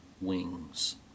wings